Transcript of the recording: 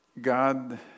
God